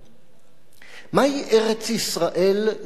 מהי ארץ-ישראל לפי תפיסתך?